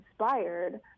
inspired